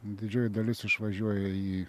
didžioji dalis išvažiuoja į